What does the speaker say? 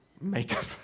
Makeup